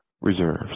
reserves